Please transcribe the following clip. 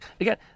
again